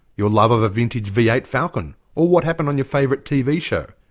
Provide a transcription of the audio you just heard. your love of a vintage v eight falcon, or what happened on your favourite tv show.